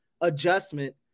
adjustment